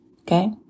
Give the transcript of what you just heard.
Okay